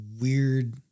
weird